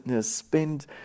spend